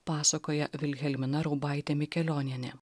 pasakoja vilhelmina raubaitė mikelionienė